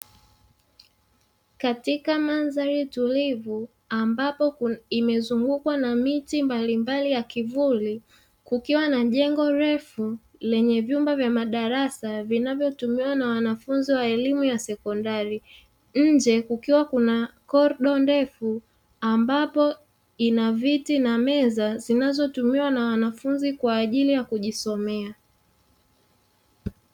Katika mandhari tulivu ambapo imezungukwa na miti mbalimbali ya kivuli, kukiwa na jengo refu lenye vyumba vya madarasa vinavyotumiwa na wanafunzi wa elimu ya sekondari. Nje kukiwa kuna korido ndefu ambapo ina viti na meza zinazotumiwa na wanafunzi kwa ajili ya kujisomea.